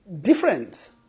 different